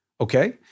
okay